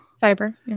fiber